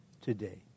today